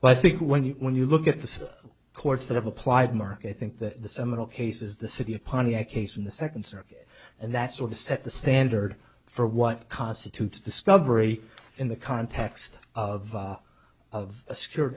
well i think when you when you look at the civil courts that have applied mark i think that the seminal cases the city of pontiac case in the second circuit and that sort of set the standard for what constitutes discovery in the context of of a secure